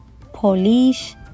Polish